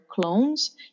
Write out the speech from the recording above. clones